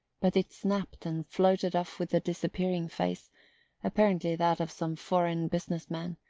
but it snapped and floated off with the disappearing face apparently that of some foreign business man,